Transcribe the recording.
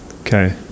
Okay